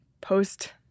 post